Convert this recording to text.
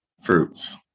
Fruits